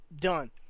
Done